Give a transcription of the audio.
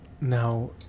Now